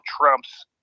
Trumps